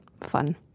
fun